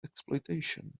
exploitation